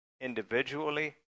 individually